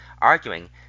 arguing